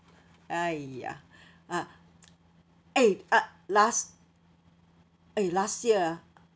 !aiya! ah eh uh last eh last year ah